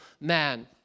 man